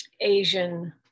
Asian